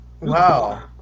Wow